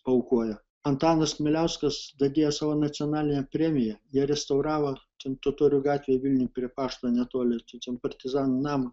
paaukojo antanas miliauskas dadėjo savo nacionalinę premiją jie restauravo ten totorių gatvėj vilniuj prie pašto netoli tai čia partizanų namą